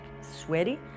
sweaty